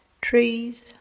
trees